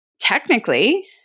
technically